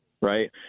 Right